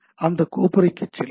அந்த கோப்புறைக்கு செல்லுங்கள்